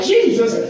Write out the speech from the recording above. Jesus